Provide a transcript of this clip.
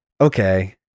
okay